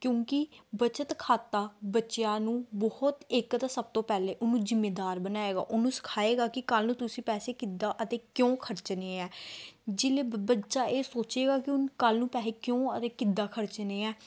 ਕਿਉਂਕਿ ਬੱਚਤ ਖਾਤਾ ਬੱਚਿਆਂ ਨੂੰ ਬਹੁਤ ਇੱਕ ਤਾਂ ਸਭ ਤੋਂ ਪਹਿਲਾਂ ਉਹਨੂੰ ਜਿੰਮੇਦਾਰ ਬਣਾਏਗਾ ਉਹਨੂੰ ਸਿਖਾਏਗਾ ਕਿ ਕੱਲ੍ਹ ਨੂੰ ਤੁਸੀਂ ਪੈਸੇ ਕਿੱਦਾਂ ਅਤੇ ਕਿਉਂ ਖਰਚਣੇ ਆ ਜਿਹਨੇ ਬ ਬੱਚਾ ਇਹ ਸੋਚੇਗਾ ਕਿ ਹੁਣ ਕੱਲ੍ਹ ਨੂੰ ਪੈਸੇ ਕਿਉਂ ਔਰ ਕਿੱਦਾਂ ਖਰਚਣੇ ਆ